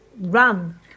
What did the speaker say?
run